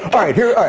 right, you're right.